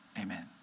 amen